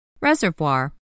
Reservoir